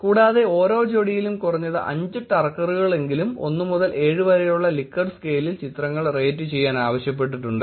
കൂടാതെ ഓരോ ജോഡിയിലും കുറഞ്ഞത് 5 ടർക്കറുകളെങ്കിലും 1 മുതൽ 7 വരെയുള്ള ലിക്കർട്ട് സ്കെയിലിൽ ചിത്രങ്ങൾ റേറ്റ് ചെയ്യാൻ ആവശ്യപ്പെട്ടിട്ടുണ്ട്